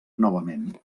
novament